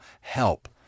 Help